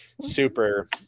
super